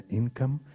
income